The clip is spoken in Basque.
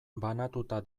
banatuta